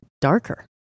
darker